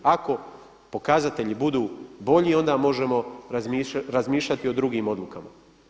Ako pokazatelji budu bolji onda možemo razmišljati o drugim odlukama.